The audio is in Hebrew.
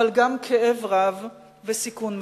אבל גם כאב רב וסיכון מסוים.